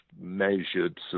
measured